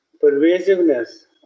pervasiveness